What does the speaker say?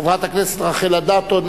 חברת הכנסת רחל אדטו.